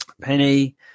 Penny